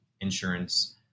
insurance